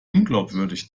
unglaubwürdig